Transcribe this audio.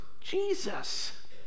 Jesus